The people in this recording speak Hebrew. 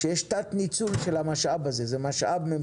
הקרן למודרי אשראי לא תיתן.